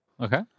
Okay